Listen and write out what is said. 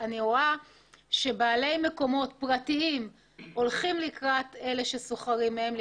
אני רואה שבעלי מקומות פרטיים הולכים לקראת אלה ששוכרים מהם,